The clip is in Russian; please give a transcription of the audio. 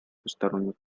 двусторонних